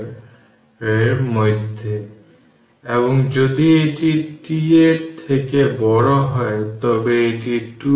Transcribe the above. তাই আবার সিরিজ করার মানে হল এটি প্যারালাল ভাবে ইকুইভালেন্সের মতো একইভাবে R সিরিজের জন্য এবং ক্যাপাসিটরের জন্য এটি তৈরি করতে হবে